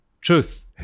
Truth